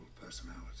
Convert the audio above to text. personality